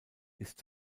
ist